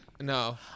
No